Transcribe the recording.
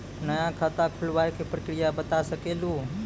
नया खाता खुलवाए के प्रक्रिया बता सके लू?